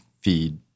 feed